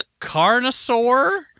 Carnosaur